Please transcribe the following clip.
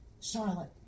Charlotte